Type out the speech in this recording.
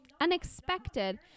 unexpected